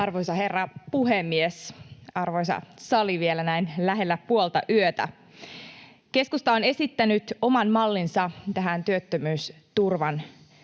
Arvoisa herra puhemies! Arvoisa sali, vielä näin lähellä puolta yötä: Keskusta on esittänyt oman mallinsa tähän työttömyysturvan